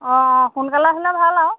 অঁ অঁ সোনকালে আহিলে ভাল আৰু